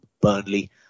burnley